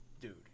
dude